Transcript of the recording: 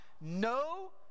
no